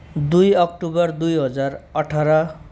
दुई अक्टोबर दुई हजार अठार